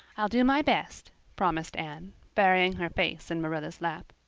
i'll do my best, promised anne, burying her face in marilla's lap.